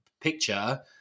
picture